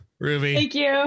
Ruby